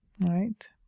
right